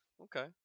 Okay